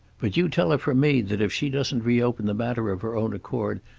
but you tell her from me that if she doesn't reopen the matter of her own accord,